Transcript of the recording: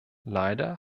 leider